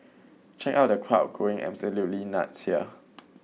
check out the crowd going absolutely nuts here